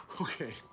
Okay